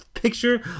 Picture